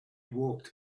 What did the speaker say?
walked